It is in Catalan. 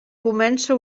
comença